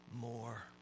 more